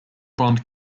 bond